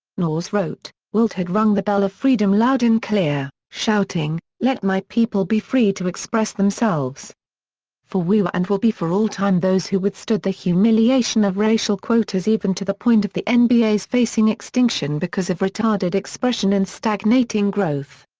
naulls wrote, wilt had rung the bell of freedom loud and clear, shouting, let my people be free to express themselves for we were and will be for all time those who withstood the humiliation of racial quotas even to the point of the and nba's facing extinction because of retarded expression and stagnating growth.